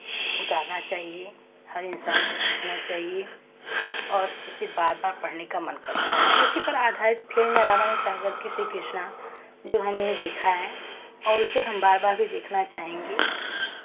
उतारना चाहिए हर इंसान को सीखना चाहिए और इसे बार बार पढ़ने का मन करता है उसी पर आधारित फिल्म है रामानंद सागर कि श्री कृष्णा जो हमने देखा है और उसे हम बार बार भी देखना चाहेंगे